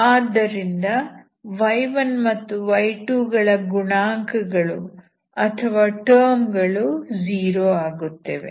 ಆದ್ದರಿಂದ y1 ಮತ್ತು y2 ಗಳ ಗುಣಾಂಕಗಳು ಅಥವಾ ಟರ್ಮ್ ಗಳು 0 ಆಗುತ್ತವೆ